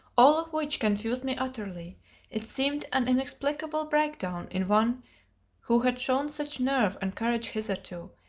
all of which confused me utterly it seemed an inexplicable breakdown in one who had shown such nerve and courage hitherto,